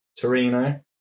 Torino